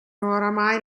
oramai